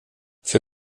für